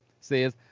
says